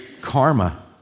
karma